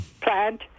plant